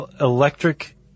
Electric